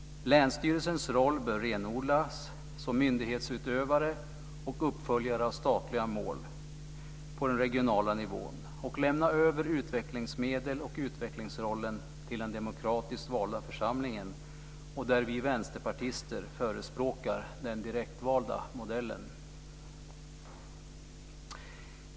Länsstyrelsens roll bör renodlas som myndighetsutövare och uppföljare av statliga mål på den regionala nivån. Utvecklingsmedel och utvecklingsrollen bör lämnas över till den demokratiskt valda församlingen. Där förespråkar vi vänsterpartister den direktvalda modellen.